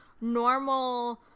normal